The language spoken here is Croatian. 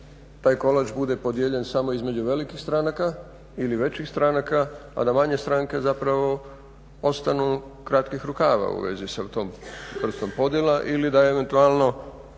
taj kolač bude podijeljen samo između velikih stranaka ili većih stranaka a da manje stranke zapravo ostanu kratkih rukava u vezi sa tom vrstom podjele ili da eventualno